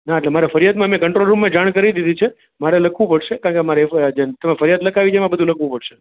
ના એટલે માંરે ફરિયાદમાં મેં કંટ્રોલ રૂમમાં જાણ કરી દીધી છે મારે લખવું પડશે કારણ કે તમે ફરિયાદ લખાવી છે એમાં બધુ લખવું પડશે